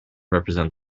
represent